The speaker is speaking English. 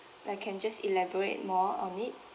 like can just elaborate more on it